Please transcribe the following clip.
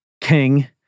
king